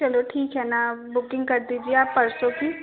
चलो ठीक है ना बुकिंग कर दीजिए आप परसो की